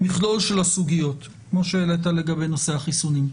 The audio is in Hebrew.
מכלול של הסוגיות, כמו שהעלית לגבי נושא החיסונים.